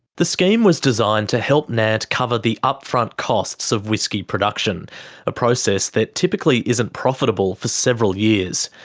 the scheme was designed to help nant cover the upfront costs of whiskey production, a process that typically isn't profitable for several years.